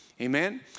Amen